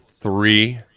three